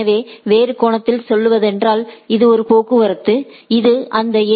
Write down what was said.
எனவே வேறு கோணத்தில் சொல்வதென்றால் இது ஒரு போக்குவரத்து இது அந்த ஏ